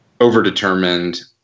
overdetermined